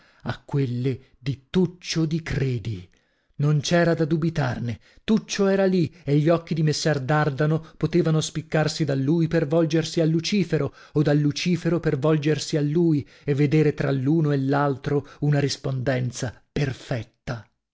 a quelle di tuccio di credi non c'era da dubitarne tuccio era lì e gli occhi di messer dardano potevano spiccarsi da lui per volgersi al lucifero o dal lucifero per volgersi a lui e vedere tra l'uno e l'altro una rispondenza perfetta